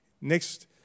Next